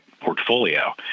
portfolio